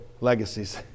legacies